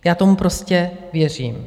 Já tomu prostě věřím.